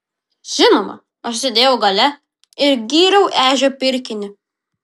žinoma aš sėdėjau gale ir gyriau ežio pirkinį